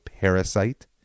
parasite